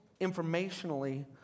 informationally